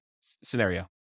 scenario